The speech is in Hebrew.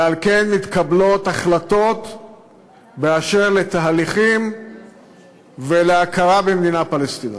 ועל כן מתקבלות החלטות באשר לתהליכים ולהכרה במדינה פלסטינית.